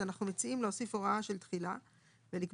אז אנחנו מציעים להוסיף הוראה של תחילה ולהציע